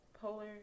polar